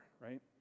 right